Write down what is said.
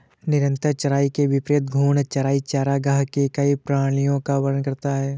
निरंतर चराई के विपरीत घूर्णन चराई चरागाह की कई प्रणालियों का वर्णन करता है